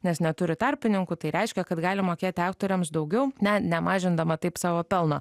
nes neturi tarpininkų tai reiškia kad gali mokėti aktoriams daugiau ne nemažindama taip savo pelno